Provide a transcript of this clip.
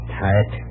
tight